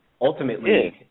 ultimately